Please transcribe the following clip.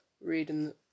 reading